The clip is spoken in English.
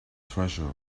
treasure